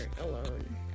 alone